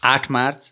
आठ मार्च